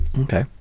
Okay